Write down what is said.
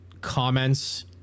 comments